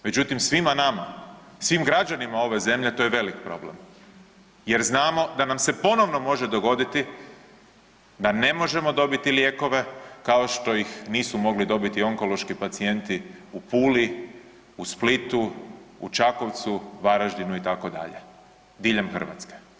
Međutim, svima nama, svim građanima ove zemlje to je velik problem jer znamo da nam se ponovno može dogoditi da ne možemo dobiti lijekove kao što ih nisu mogli dobiti onkološki pacijenti u Puli, u Splitu, u Čakovcu, Varaždinu itd., diljem Hrvatske.